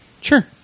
Sure